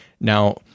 Now